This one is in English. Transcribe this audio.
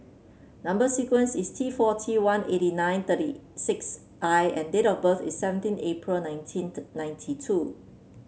number sequence is T four T one eighty nine thirty six I and date of birth is seventeen April nineteenth ninety two